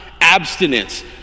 abstinence